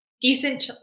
decent